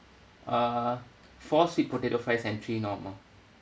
uh four sweet potato fries and three normal